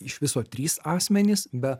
iš viso trys asmenys be